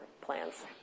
plans